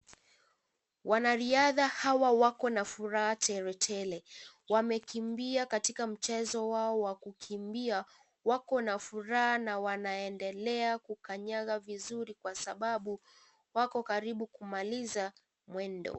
Wanariadha hawa wako na furaha teletele. Wamekimbia katika mchezo wao wa kukimbia. Wako na furaha na wanaendelea kukanyaga vizuri kwa sababu wako karibu kumaliza mwendo.